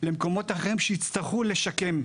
למקומות אחרים שיצטרכו לשקם.